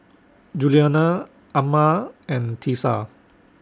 Julianna Amma and Tisa